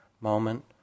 moment